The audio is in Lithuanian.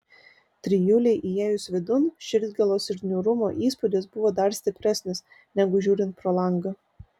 trijulei įėjus vidun širdgėlos ir niūrumo įspūdis buvo dar stipresnis negu žiūrint pro langą